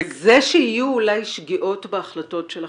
--- זה שיהיו אולי שגיאות בהחלטות שלכם,